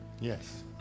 Yes